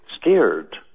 scared